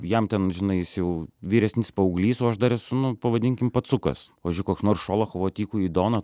jam ten žinai jis jau vyresnis paauglys o aš dar esu nu pavadinkim pacukas pavyzdžiui koks nors šolachovo tykųjį doną